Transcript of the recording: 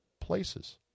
places